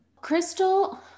Crystal